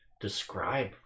Describe